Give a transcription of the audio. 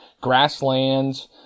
grasslands